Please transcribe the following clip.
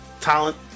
talent